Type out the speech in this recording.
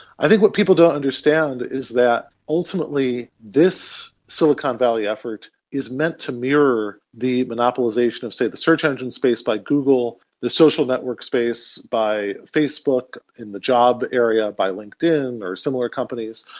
i think what people don't understand is that ultimately this silicon valley effort is meant to mirror the monopolisation of, say, the search engine space by google, the social network space by facebook, in the job area by linkedin or similar companies.